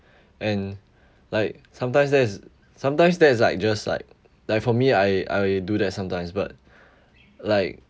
and like sometimes that is sometimes that is like just like like for me I I do that sometimes but like